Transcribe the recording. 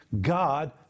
God